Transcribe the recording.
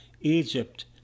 Egypt